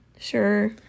sure